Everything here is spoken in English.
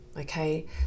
okay